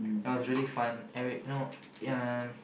no it's really fun and wait no ya